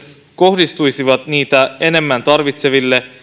kohdistuisivat niitä enemmän tarvitseville